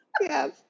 Yes